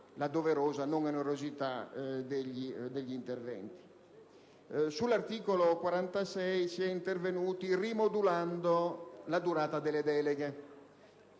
la doverosa non onerosità degli interventi. Sull'articolo 46 si è intervenuti rimodulando la durata delle deleghe: